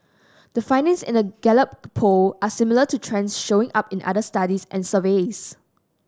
the findings in the Gallup Poll are similar to trends showing up in other studies and surveys